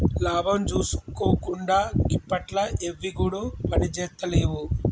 లాభం జూసుకోకుండ గిప్పట్ల ఎవ్విగుడ పనిజేత్తలేవు